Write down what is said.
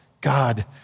God